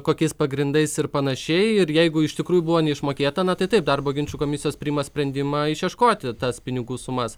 kokiais pagrindais ir panašiai ir jeigu iš tikrųjų buvo neišmokėta na tai taip darbo ginčų komisijos priima sprendimą išieškoti tas pinigų sumas